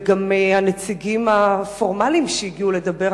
וגם הנציגים הפורמליים שהגיעו לדבר